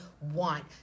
want